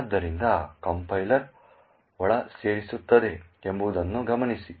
ಆದ್ದರಿಂದ ಕಂಪೈಲರ್ ಒಳಸೇರಿಸುತ್ತದೆ ಎಂಬುದನ್ನು ಗಮನಿಸಿ